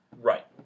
Right